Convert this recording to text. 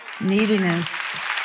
Neediness